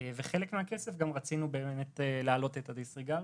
ובחלק מהכסף רצינו להעלות את הדיסריגרד.